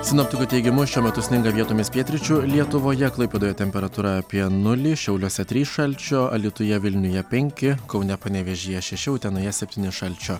sinoptikų teigimu šiuo metu sninga vietomis pietryčių lietuvoje klaipėdoje temperatūra apie nulį šiauliuose trys šalčio alytuje vilniuje penki kaune panevėžyje šeši utenoje septyni šalčio